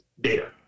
data